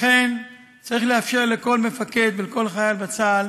אכן צריך לאפשר לכל מפקד ולכל חייל בצה"ל